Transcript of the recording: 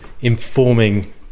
informing